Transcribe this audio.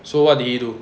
so what did he do